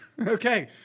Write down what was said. Okay